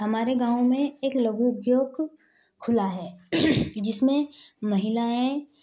हमारे गाँव में एक लघु उद्योग खुला है जिसमें महिलाएँ